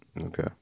Okay